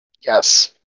Yes